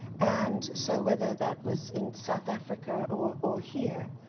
and so, whether that was in south africa or or here.